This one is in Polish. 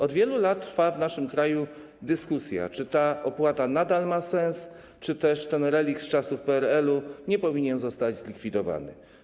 Od wielu lat trwa w naszym kraju dyskusja, czy ta opłata nadal ma sens, czy też ten relikt z czasów PRL-u nie powinien zostać zlikwidowany.